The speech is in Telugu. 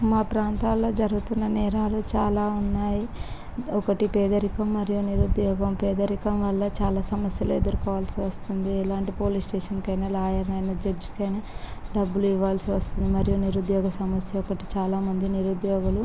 మా ప్రాంతాలలో జరుగుతున్న నేరాలు చాలా ఉన్నాయి ఒకటి పేదరికం మరియు నిరుద్యోగం పేదరికం వల్ల చాలా సమస్యలు ఎదుర్కోవలసి వస్తుంది ఎలాంటి పోలీసు స్టేషన్కైనా లాయర్కైనా జడ్జికైనా డబ్బులు ఇవ్వ వలసి వస్తుంది మరి నిరుద్యోగ సమస్య ఒకటి చాలా మంది నిరుద్యోగులు